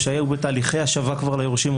או שהיו בתהליכי השבה כבר ליורשים,